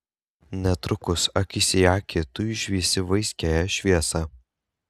netrukus akis į akį tu išvysi vaiskiąją šviesą